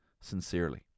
sincerely